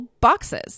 boxes